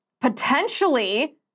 potentially